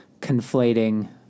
conflating